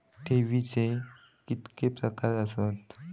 ठेवीचे कितके प्रकार आसत?